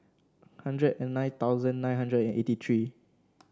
hundred and nine thousand nine hundred and eighty three